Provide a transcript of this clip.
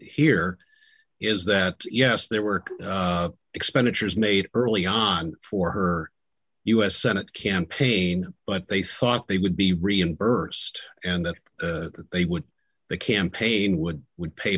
here is that yes there were expenditures made early on for her u s senate campaign but they thought they would be reimbursed and that they would the campaign would would pay